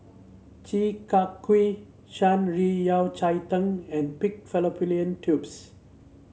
Chi Kak Kuih Shan Rui Yao Cai Tang and Pig Fallopian Tubes